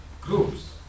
groups